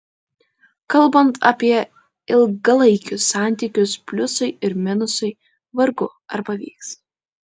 kalbant apie ilgalaikius santykius pliusui ir minusui vargu ar pavyks